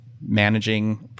managing